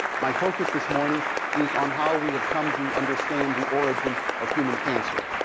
my focus this morning is on how we have come to understand the origin of human cancer.